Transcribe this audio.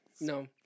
No